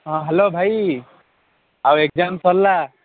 ହଁ ହ୍ୟାଲୋ ଭାଇ ଆଉ ଏଗ୍ଜାମ୍ ସରଲା